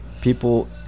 people